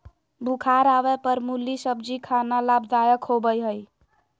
बुखार आवय पर मुली सब्जी खाना लाभदायक होबय हइ